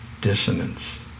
dissonance